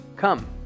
Come